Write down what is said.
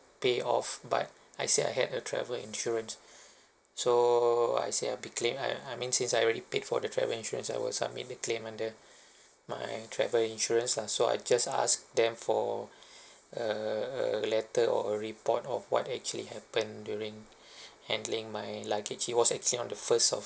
pay off but I said I had a travel insurance so I said I'll be claim~ I I mean since I already paid for the travel insurance I will submit the claim under my travel insurance lah so I just asked them for a a letter or a report of what actually happened during handling my luggage it was actually on the first of